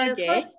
Okay